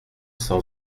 sans